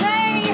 Hey